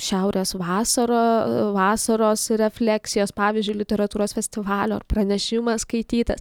šiaurės vasara vasaros refleksijos pavyzdžiui literatūros festivalio pranešimas skaitytas